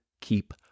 Keep